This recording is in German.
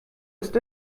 ist